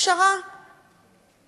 נוסח מקובל על כולם,